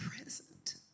present